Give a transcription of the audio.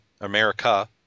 America